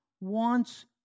wants